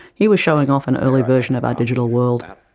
he is showing off an early version of our digital world.